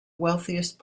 wealthiest